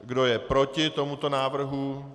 Kdo je proti tomuto návrhu?